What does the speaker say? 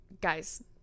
guys